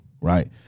Right